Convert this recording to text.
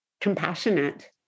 compassionate